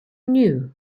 knew